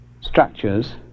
structures